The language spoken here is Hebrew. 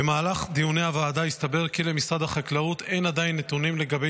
במהלך דיוני הוועדה התברר כי למשרד החקלאות אין עדיין נתונים לגבי